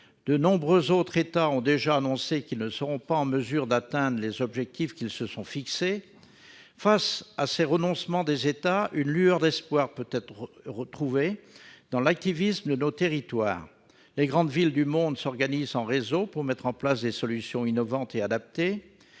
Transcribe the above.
De nombreux autres États ont déjà annoncé qu'ils ne seront pas en mesure d'atteindre les objectifs qu'ils se sont fixés. Face à ces renoncements des États, une lueur d'espoir peut être trouvée dans l'activisme de nos territoires. Les grandes villes du monde s'organisent en réseaux pour mettre en place des solutions innovantes et adaptées.